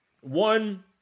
one